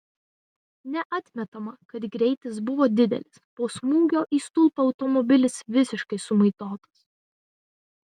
neatmetama kad greitis buvo didelis po smūgio į stulpą automobilis visiškai sumaitotas